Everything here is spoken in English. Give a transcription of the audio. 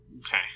Okay